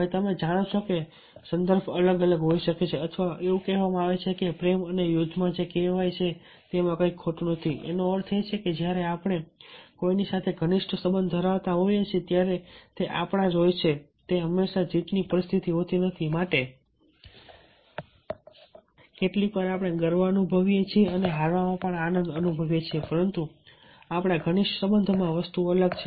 હવે તમે જાણો છો કે સંદર્ભ અલગ હોઈ શકે છે અથવા એવું કહેવામાં આવે છે કે પ્રેમ અને યુદ્ધમાં જે કહેવાય છે તેમાં કંઈ ખોટું નથી એનો અર્થ એ છે કે જ્યારે આપણે કોઈની સાથે ઘનિષ્ઠ સંબંધ ધરાવતા હોઈએ છીએ ત્યારે તે આપણા જ હોય છે તે હંમેશા જીતની પરિસ્થિતિ નથી હોતી માટે કેટલીકવાર આપણે ગર્વ અનુભવીએ છીએ અને હારવામાં પણ આનંદ અનુભવીએ છીએ પરંતુ આપણા ઘનિષ્ઠ સંબંધોમાં વસ્તુ અલગ છે